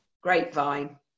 grapevine